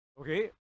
Okay